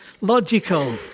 Logical